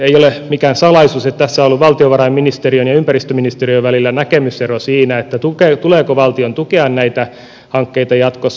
ei ole mikään salaisuus että tässä on ollut valtiovarainministeriön ja ympäristöministeriön välillä näkemysero siinä tuleeko valtion tukea näitä hankkeita jatkossa